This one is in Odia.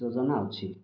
ଯୋଜନା ଅଛି